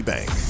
Bank